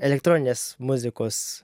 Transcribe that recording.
elektroninės muzikos